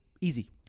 easy